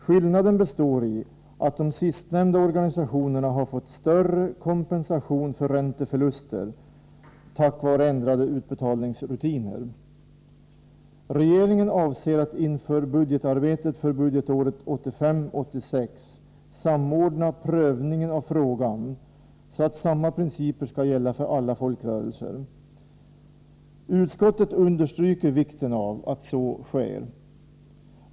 Skillnaden består i att de sistnämnda organisationerna har fått större kompensation för ränteförluster till följd av ändrade utbetalningsrutiner. Regeringen avser att inför budgetarbetet för budgetåret 1985/86 samordna prövningen av frågan, så att samma principer skall gälla för alla folkrörelser. Utskottet understryker vikten av att så sker.